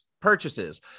purchases